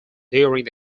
during